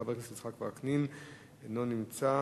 חבר הכנסת יצחק וקנין לא נמצא.